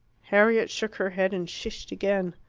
harriet shook her head and shished again.